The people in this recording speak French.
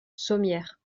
sommières